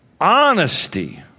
honesty